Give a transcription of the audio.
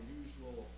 usual